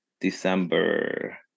December